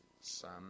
Son